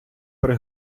при